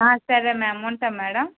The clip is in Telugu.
సరే మ్యామ్ ఉంటా మేడం